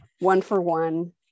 one-for-one